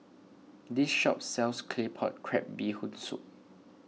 this shop sells Claypot Crab Bee Hoon Soup